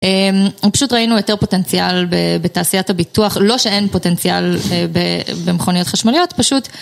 פשוט ראינו יותר פוטנציאל בתעשיית הביטוח, לא שאין פוטנציאל במכוניות חשמליות, פשוט.